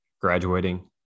graduating